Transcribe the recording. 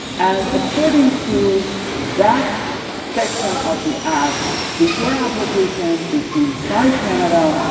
and according to that section of the act if your application is inside canada,